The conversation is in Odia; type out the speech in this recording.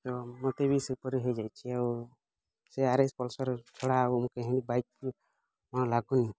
ମୋତେ ବି ସେ ପରି ହେଇଯାଇଛି ଆଉ ସେ ଆର୍ ଏସ୍ ପଲ୍ସର୍ ଛଡ଼ା ଆଉ କାହିଁ ବି ବାଇକ୍ ମନ ଲାଗୁନି